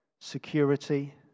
security